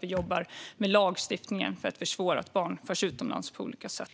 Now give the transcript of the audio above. vi jobbar också med lagstiftningen för att försvåra att barn förs utomlands på olika sätt.